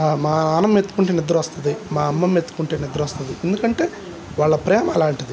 మా నాన్నని ఎత్తుకుంటే నిద్ర వస్తుంది మా అమ్మమ్మ ఎత్తుకుంటే నిద్ర వస్తుంది ఎందుకంటే వాళ్ళ ప్రేమ అలాంటిది